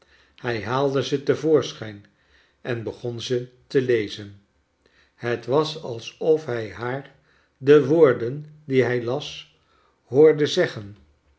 hij haaldc ze te voorschijn en begon ze te lezen het was alsof hij haar de woorden die hij las hoonie zeggen